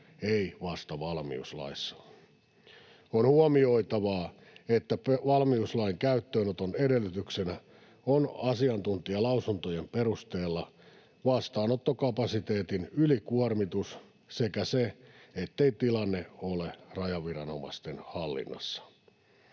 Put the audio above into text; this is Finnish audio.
ei vasta valmiuslaissa. On huomioitavaa, että valmiuslain käyttöönoton edellytyksenä on asiantuntijalausuntojen perusteella vastaanottokapasiteetin ylikuormitus sekä se, ettei tilanne ole rajaviranomaisten hallinnassa.